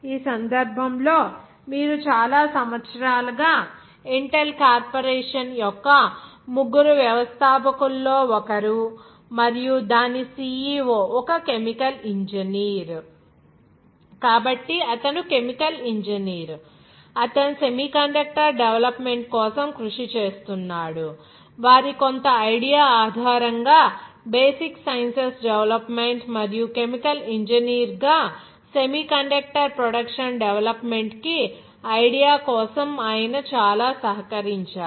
ఈ సందర్భంలో మీరు చాలా సంవత్సరాలుగా ఇంటెల్ కార్పొరేషన్ యొక్క ముగ్గురు వ్యవస్థాపకుల్లో ఒకరు మరియు దాని CEO ఒక కెమికల్ ఇంజనీర్ కాబట్టి అతను కెమికల్ ఇంజనీర్ అతను సెమీకండక్టర్ డెవలప్మెంట్ కోసం కృషి చేస్తున్నాడు వారి కొంత ఐడియా ఆధారంగా బేసిక్ సైన్సెస్ డెవలప్మెంట్ మరియు కెమికల్ ఇంజనీర్గా సెమీకండక్టర్ ప్రొడక్షన్ డెవలప్మెంట్ కి ఐడియా కోసం ఆయన చాలా సహకరించారు